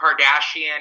Kardashian